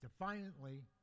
Defiantly